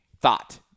Thought